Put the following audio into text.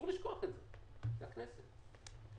זו הכנסת.